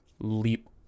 leap